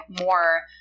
more